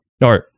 No